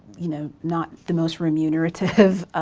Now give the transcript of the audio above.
you know, not the most remunerative